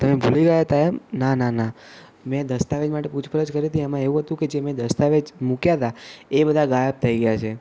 તમે ભૂલી ગયા હતા એમ ના ના ના મેં દસ્તાવેજ માટે પૂછપરછ કરી હતી એમાં એવું હતું કે જે મેં દસ્તાવેજ મૂક્યા હતા એ બધાં ગાયબ થઈ ગયા છે